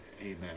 Amen